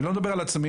לא בא לכם?